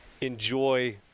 enjoy